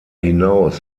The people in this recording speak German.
hinaus